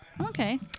Okay